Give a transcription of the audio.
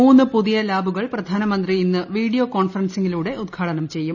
മൂന്ന് പുതിയ ലാബുകൾ പ്രധാനമന്ത്രി ഇന്ന് വീഡിയോ കോൺഫറൻസിങ്ങിലൂടെ ഉദ്ഘാടനം ചെയ്യും